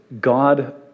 God